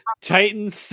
Titans